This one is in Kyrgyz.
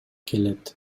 келет